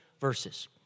verses